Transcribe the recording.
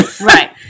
right